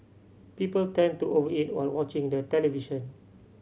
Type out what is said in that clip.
people tend to over eat while watching the television